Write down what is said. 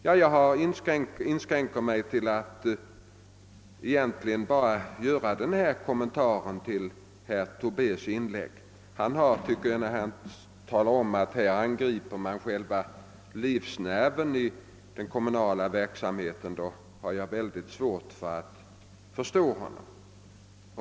Jag inskränker mig till att göra denna kommentar till herr Tobés inlägg. När han talar om att man angriper själva livsnerven i den kommunala verksamheten har jag mycket svårt att förstå honom.